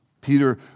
Peter